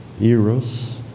eros